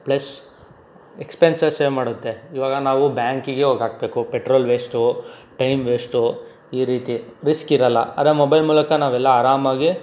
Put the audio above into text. plus expense save ಮಾಡುತ್ತೆ ಈವಾಗ ನಾವು ಬ್ಯಾಂಕಿಗೇ ಹೋಗಿ ಹಾಕಬೇಕು ಪೆಟ್ರೋಲ್ ವೇಸ್ಟು ಟೈಮ್ ವೇಸ್ಟು ಈ ರೀತಿ ರಿಸ್ಕ್ ಇರಲ್ಲ ಆದ್ರೆ ಮೊಬೈಲ್ ಮೂಲಕ ನಾವೆಲ್ಲ ಆರಾಮಾಗಿ